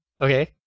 okay